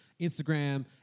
Instagram